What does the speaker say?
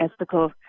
ethical